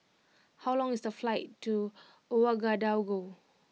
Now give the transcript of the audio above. how long is the flight to Ouagadougou